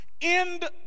end